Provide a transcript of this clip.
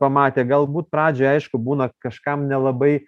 pamatė galbūt pradžioj aišku būna kažkam nelabai